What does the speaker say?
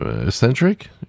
eccentric